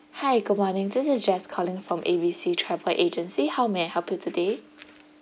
hi good morning this is jess calling from A B C travel agency how may I help you today